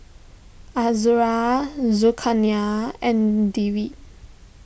Azura Zulkarnain and Dewi